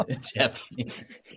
Japanese